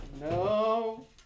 no